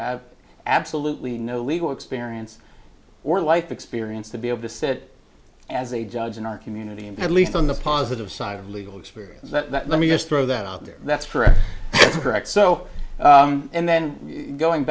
i have absolutely no legal experience or life experience to be able to sit as a judge in our community and at least on the positive side of legal experience that let me just throw that out there that's for a correct so and then going